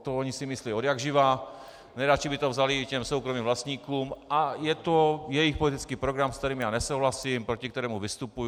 To oni si myslí odjakživa, nejraději by to vzali i soukromým vlastníkům a je to jejich politický program, se kterým já nesouhlasím, proti kterému vystupuji.